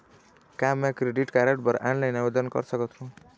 का मैं credit card बर ऑनलाइन आवेदन कर सकथों?